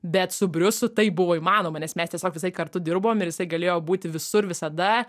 bet su briusu tai buvo įmanoma nes mes tiesiog visąlaik kartu dirbom ir jisai galėjo būti visur visada